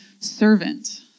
servant